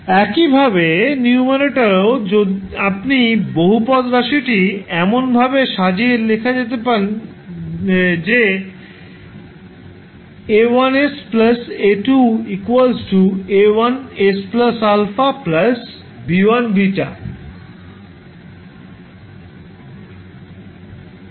একইভাবে নিউমারেটরেও আপনি বহুপদ রাশিটি এমনভাবে সাজিয়ে লেখা যেতে পারে যে 𝐴1𝑠 𝐴2 𝐴1𝑠 𝛼 𝐵1𝛽